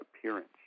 appearance